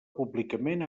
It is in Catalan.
públicament